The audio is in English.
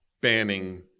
banning